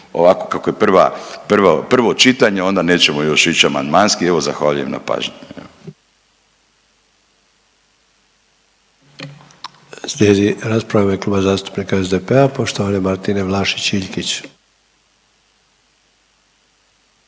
ovako kako je pravo čitanje onda nećemo još ić amandmanski. Evo zahvaljujem na pažnji. **Sanader, Ante (HDZ)** Slijedi rasprava u ime Kluba zastupnika SDP-a poštovane Martine Vlašić Iljkić.